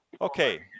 Okay